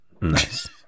Nice